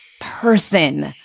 person